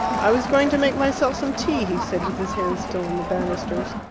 i was going to make myself some tea, he said, with his hand still on the banisters.